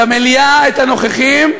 את המליאה, את הנוכחים,